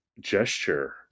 gesture